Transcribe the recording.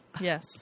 Yes